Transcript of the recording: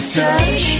touch